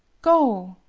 go,